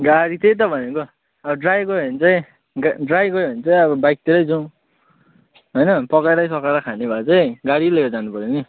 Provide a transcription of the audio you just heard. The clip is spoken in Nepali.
गाडी त्यही त भनेको ड्राई गयो भने चाहिँ ड्राई गयो भने चाहिँ अब बाइकतिरै जाउँ होइन पकाएरसकाएर खाने भए चाहिँ गाडी लगेर जानुपऱ्यो नि